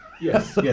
Yes